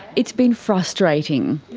it's been frustrating.